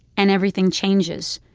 and everything changes.